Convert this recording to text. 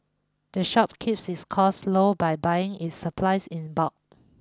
the shop keeps its costs low by buying its supplies in bulk